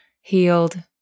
healed